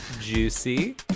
juicy